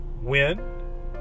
win